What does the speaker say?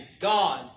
God